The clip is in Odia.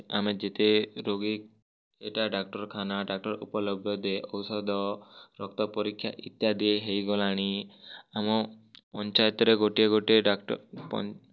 ଆମେ ଯେତେ ରୋଗୀ ଇଟା ଡାକ୍ତର୍ଖାନା ଡାକ୍ତର୍ ଉପଲବ୍ଧ ଔଷଧ ରକ୍ତ ପରୀକ୍ଷା ଇତ୍ୟାଦି ହେଇଗଲାଣି ଆମ ପଞ୍ଚାୟତରେ ଗୋଟିଏ ଗୋଟିଏ ଡାକ୍ତର୍